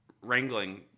wrangling